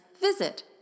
visit